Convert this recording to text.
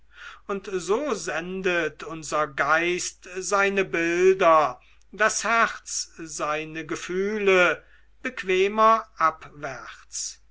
und so sendet unser geist seine bilder das herz seine gefühle bequemer abwärts